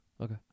Okay